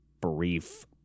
brief